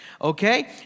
Okay